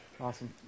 Awesome